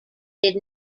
did